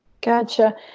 gotcha